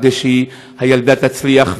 כדי שהילדה תצליח.